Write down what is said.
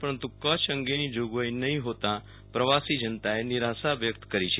પરંતુ કચ્છ અંગેની જોગવાઈ નહિ હોતા પ્રવાસી જનતાએ નિરાશા વ્યક્ત કરી છે